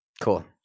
Cool